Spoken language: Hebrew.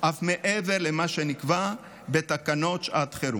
אף מעבר למה שנקבע בתקנות שעת החירום.